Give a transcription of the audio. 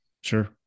Sure